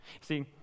See